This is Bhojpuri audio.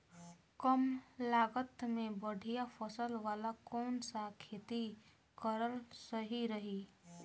कमलागत मे बढ़िया फसल वाला कौन सा खेती करल सही रही?